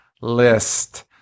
list